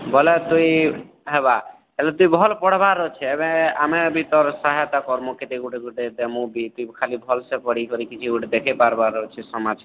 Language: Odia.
ବୋଲେ ତୁଇ ହେବା ଯଦି ଭଲ୍ ପଢ଼ିବାର୍ ଅଛେ ଏବେ ଆମେ ବି ତୋର୍ ସାହାୟତା କର୍ମୁ କେବେ ଗୋଟେ ଗୋଟେ ଦେମୁ ବି ଖାଲି ଭଲ୍ସେ ପଢ଼ିକରି ଦେଖେଇ ପାର୍ବାର୍ ଅଛି ସମାଜକୁ